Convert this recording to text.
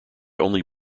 only